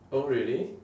oh really